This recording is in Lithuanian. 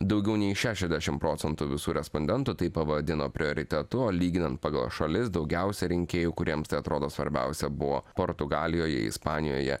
daugiau nei šešiasdešim procentų visų respondentų tai pavadino prioritetu lyginant pagal šalis daugiausia rinkėjų kuriems tai atrodo svarbiausia buvo portugalijoje ispanijoje